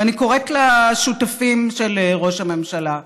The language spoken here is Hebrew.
ואני קוראת לשותפים של ראש הממשלה: